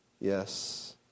Yes